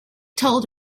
told